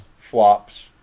flops